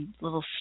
little